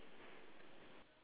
ya then also ask you ah